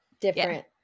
Different